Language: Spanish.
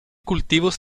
cultivos